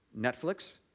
Netflix